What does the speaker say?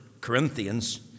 Corinthians